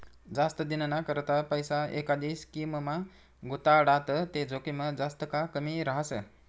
जास्त दिनना करता पैसा एखांदी स्कीममा गुताडात ते जोखीम जास्त का कमी रहास